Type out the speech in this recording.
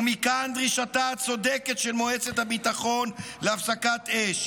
ומכאן דרישתה הצודקת של מועצת הביטחון להפסקת אש.